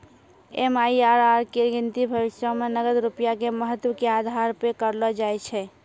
MIRR के गिनती भविष्यो मे नगद रूपया के महत्व के आधार पे करलो जाय छै